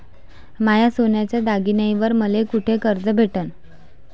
माया सोन्याच्या दागिन्यांइवर मले कुठे कर्ज भेटन?